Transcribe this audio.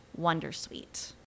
Wondersuite